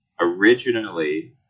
originally